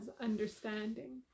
understanding